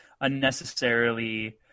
unnecessarily